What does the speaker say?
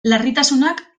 larritasunak